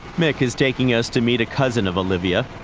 mick is taking us to meet a cousin of olivia,